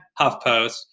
HuffPost